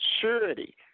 surety